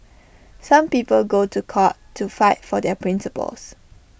some people go to court to fight for their principles